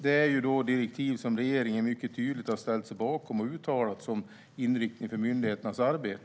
Det är direktiv som regeringen mycket tydligt har ställt sig bakom och uttalat som inriktning för myndigheternas arbete.